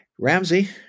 Ramsey